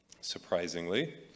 surprisingly